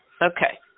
Okay